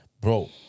bro